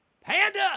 Panda